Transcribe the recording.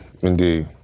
Indeed